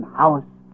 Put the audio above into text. house